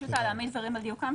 פשוט להעמיד דברים על דיוקם.